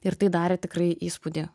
ir tai darė tikrai įspūdį